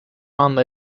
anda